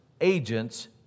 agents